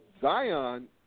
Zion